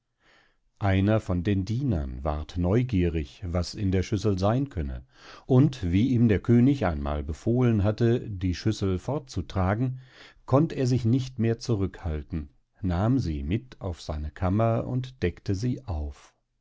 einer von den dienern ward neugierig was in der schüssel seyn könne und wie ihm der könig einmal befohlen hatte die schüssel fortzutragen konnt er sich nicht mehr zurückhalten nahm sie mit auf seine kammer und deckte sie auf